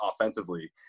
offensively